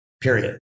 period